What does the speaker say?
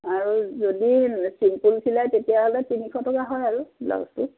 আৰু যদি ছিম্পল চিলাই তেতিয়াহ'লে তিনিশ টকা হয় আৰু ব্লাউজটো